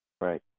Right